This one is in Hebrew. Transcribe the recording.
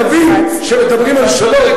הערבים שמדברים על שלום,